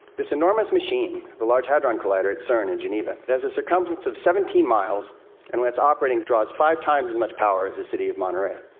this enormous machine the large hadron collider at cern in geneva has a circumference of seventeen miles and, when it's operating, draws five times as much power as the city of monterey.